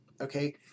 Okay